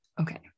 Okay